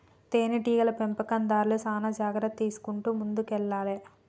తేనె టీగల పెంపకందార్లు చానా జాగ్రత్తలు తీసుకుంటూ ముందుకెల్లాలే